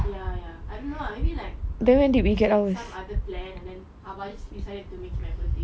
ya ya I don't know lah maybe like it's some other plan then abah decided to use my birthday